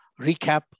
recap